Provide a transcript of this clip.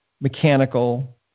mechanical